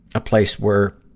a place where